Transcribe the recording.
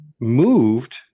moved